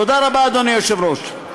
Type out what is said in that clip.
תודה רבה, אדוני היושב-ראש.